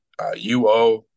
UO